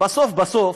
בסוף בסוף,